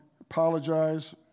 apologize